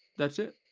that's it.